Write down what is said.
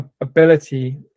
ability